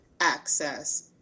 access